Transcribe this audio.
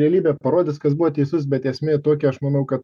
realybė parodys kas buvo teisus bet esmė tokia aš manau kad